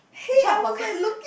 actually I forget